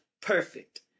perfect